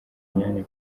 myanya